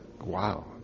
wow